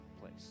place